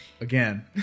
again